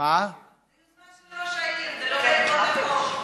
ראש העיר, זה לא חוק המרכולים.